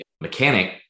mechanic